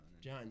John